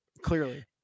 clearly